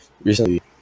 recently